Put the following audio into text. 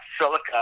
silica